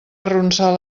arronsar